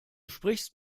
sprichst